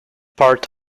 part